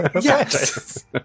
Yes